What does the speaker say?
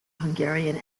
hungarian